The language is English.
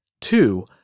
Two